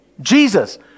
Jesus